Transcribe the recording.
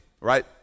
right